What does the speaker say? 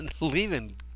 leaving